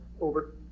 Over